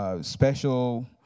special